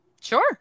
Sure